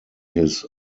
his